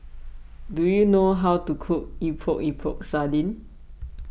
do you know how to cook Epok Epok Sardin